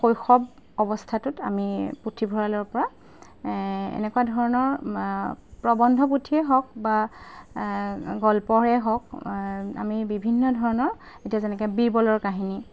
শৈশৱ অৱস্থাটোত আমি পুথিভঁৰালৰ পৰা এনেকুৱা ধৰণৰ প্ৰবন্ধ পুথিয়ে হওক বা গল্পৰে হওক আমি বিভিন্ন ধৰণৰ এতিয়া যেনেকৈ বীৰবলৰ কাহিনী